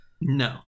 no